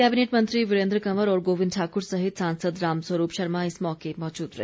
cabinet मंत्री वीरेन्द्र कंवर और गोविंद ठाकुर सहित सांसद रामस्वरूप शर्मा इस मौके मौजूद रहे